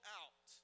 out